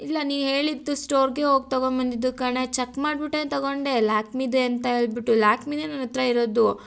ಇಲ್ಲ ನೀ ಹೇಳಿದ್ದು ಸ್ಟೋರಿಗೆ ಹೋಗಿ ತಗೊಂಬಂದಿದ್ದು ಕಣೇ ಚೆಕ್ ಮಾಡಿಬಿಟ್ಟೇ ತಗೊಂಡೆ ಲ್ಯಾಕ್ಮಿದೇ ಅಂತ ಹೇಳ್ಬಿಟ್ಟು ಲ್ಯಾಕ್ಮಿನೇ ನನ್ನ ಹತ್ತಿರ ಇರೋದು